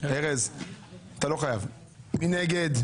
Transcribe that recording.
מי נגד?